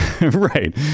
right